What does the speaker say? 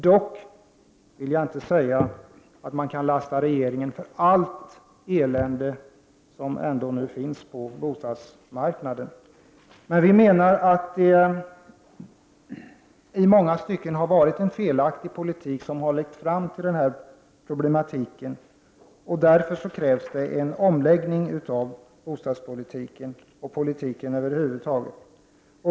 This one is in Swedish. Jag vill dock inte säga att man kan lasta regeringen för allt elände som nu ändå finns på bostadsmarknaden. Vi menar emellertid att det i många stycken har förts en felaktig politik som har lett fram till dessa problem. Det krävs därför en omläggning av bostadspolitiken och politiken i övrigt.